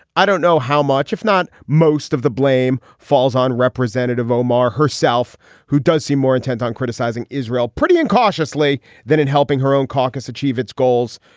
i don't know how much if not most of the blame falls on representative omar herself who does seem more intent on criticizing israel pretty and cautiously than in helping her caucus achieve its goals.